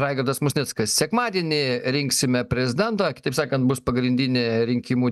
raigardas musnickas sekmadienį rinksime prezidentą kitaip sakan bus pagrindinė rinkimų